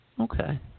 Okay